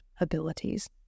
abilities